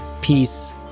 peace